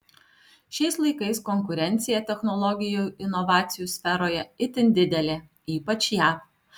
šiais laikais konkurencija technologijų inovacijų sferoje itin didelė ypač jav